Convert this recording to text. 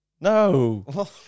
No